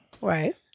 Right